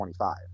25